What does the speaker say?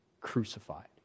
crucified